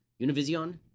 Univision